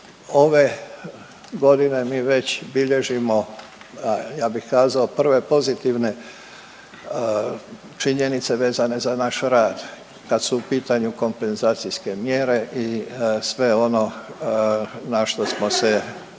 ove godine mi već bilježimo ja bih kazao prve pozitivne činjenice vezane za naš rad kad su u pitanju kompenzacijske mjere i sve ono na što smo se i